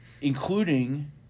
Including